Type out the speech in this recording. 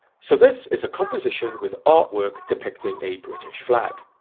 so this is a composition with artwork depicting a british flag,